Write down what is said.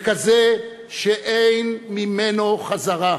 לכזה שאין ממנו דרך חזרה,